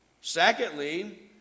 Secondly